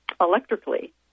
electrically